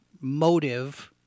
motive